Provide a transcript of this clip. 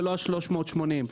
ולא של 380 מיליון ₪.